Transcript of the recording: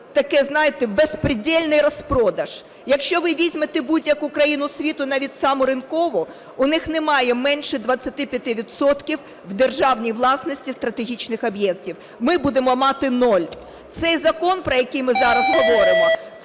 такий, знаєте, беспредельный розпродаж. Якщо ви візьмете будь-яку країну світу і навіть саму ринкову, у них немає менше 25 відсотків у державній власності стратегічних об'єктів. Ми будемо мати нуль. Цей закон, про який ми зараз говоримо,